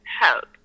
help